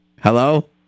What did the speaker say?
Hello